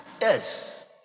Yes